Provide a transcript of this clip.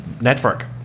network